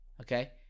Okay